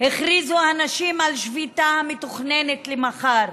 הכריזו הנשים על שביתה המתוכננת למחר,